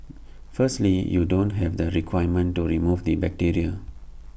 firstly you don't have the equipment to remove the bacteria